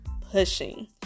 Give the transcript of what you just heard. pushing